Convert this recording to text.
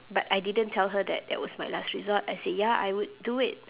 but I didn't tell her that that was my last resort I said ya I would do it